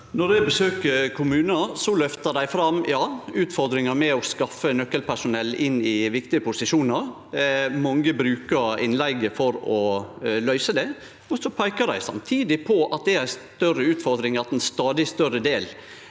Når eg besøkjer kommunar, løftar dei fram – ja, utfordringa med å skaffe nøkkelpersonell til viktige posisjonar. Mange brukar innleige for å løyse det. Så peikar dei samtidig på at det er ei større utfordring at ein stadig større del